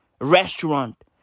restaurant